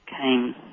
came